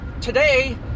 today